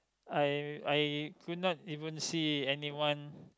I I could not even see anyone